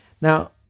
Now